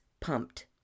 pumped